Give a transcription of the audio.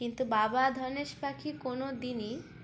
কিন্তু বাবা ধনেশ পাখি কোনোদিনই